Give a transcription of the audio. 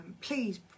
please